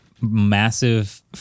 Massive